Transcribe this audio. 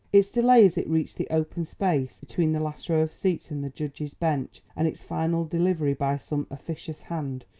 its delay as it reached the open space between the last row of seats and the judge's bench and its final delivery by some officious hand,